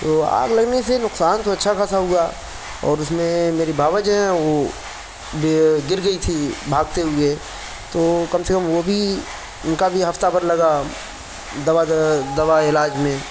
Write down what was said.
تو آگ لگنے سے نقصان تو اچھا خاصہ ہُوا اور اُس میں میری بھاوج ہیں وہ گر گئی تھیں بھاگتے ہوئے تو کم سے کم وہ بھی اِن کا بھی ہفتہ بھر لگا دوا جو ہے دوا علاج میں